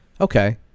Okay